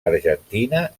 argentina